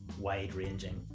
wide-ranging